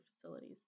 facilities